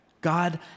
God